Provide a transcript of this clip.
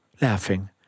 laughing